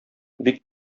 бик